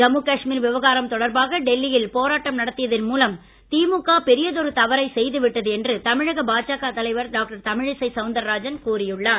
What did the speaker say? ஜம்மு காஷ்மீர் விவகாரம் தொடர்பாக டெல்லியில் போராட்டம் நடத்தியதன் மூலம் திழுக பெரியதொரு தவறை செய்து விட்டது என தமிழக பாஜக தலைவர் டாக்டர் தமிழிசை சவுந்தரராஜன் கூறியுள்ளார்